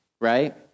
right